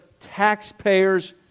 taxpayers